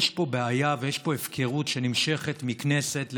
יש פה בעיה ויש פה הפקרות שנמשכת מכנסת לכנסת,